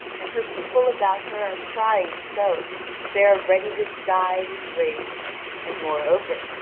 and her people about her are crying so that they are ready to die with rage and, moreover,